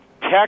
tech